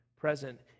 present